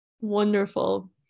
Wonderful